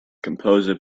composer